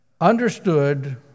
understood